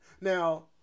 Now